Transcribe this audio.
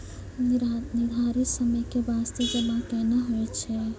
निर्धारित समय के बास्ते जमा केना होय छै?